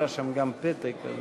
חברי הכנסת, נא לשבת.